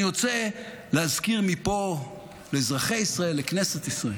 אני רוצה להזכיר מפה לאזרחי ישראל, לכנסת ישראל: